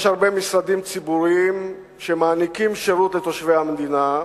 יש הרבה משרדים ציבוריים שמעניקים שירות לתושבי המדינה,